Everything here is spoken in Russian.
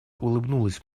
улыбнулась